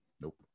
Nope